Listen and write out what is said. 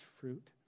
fruit